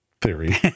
theory